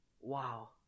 Wow